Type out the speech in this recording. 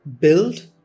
build